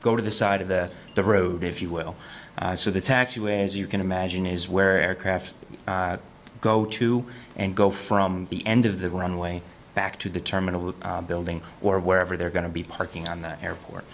go to the side of the the road if you will so the taxiway as you can imagine is where aircraft go to and go from the end of the runway back to the terminal building or wherever they're going to be parking on the airport